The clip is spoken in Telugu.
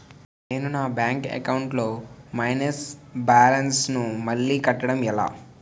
నేను నా బ్యాంక్ అకౌంట్ లొ మైనస్ బాలన్స్ ను మళ్ళీ కట్టడం ఎలా?